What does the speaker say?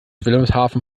wilhelmshaven